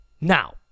Now